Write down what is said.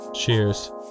Cheers